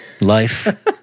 Life